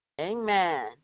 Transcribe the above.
Amen